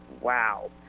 wow